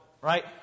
Right